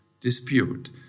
dispute